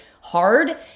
hard